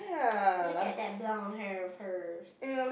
look at the blonde hair of hers